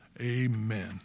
Amen